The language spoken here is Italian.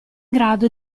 grado